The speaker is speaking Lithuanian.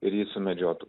ir jį sumedžiotų